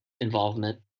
involvement